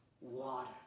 water